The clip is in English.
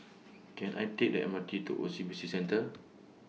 Can I Take The M R T to O C B C Centre